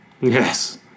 Yes